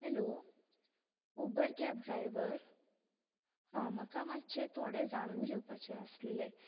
hello Uber cab driver हा म्हाका मातशें थोडे जाणून घेवपाचे आसले